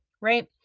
right